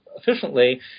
efficiently